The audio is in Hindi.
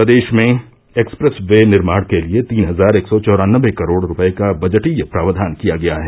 प्रदेष में एक्सप्रेस वे निर्माण के लिये तीन हजार एक सौ चौरानवे करोड़ रूपये का बजटीय प्रावधान किया गया है